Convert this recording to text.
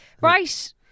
right